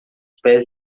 pés